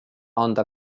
anda